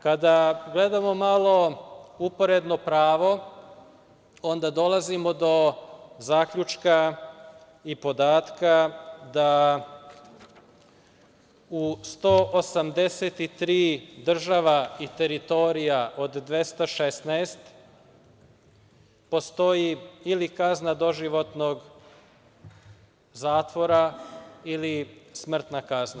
Kada gledamo malo uporedno pravo, onda dolazimo do zaključka i podatka da u 183 država i teritorija od 216, postoji ili kazna doživotnog zatvora ili smrtna kazna.